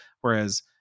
Whereas